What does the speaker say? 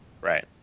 Right